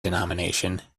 denomination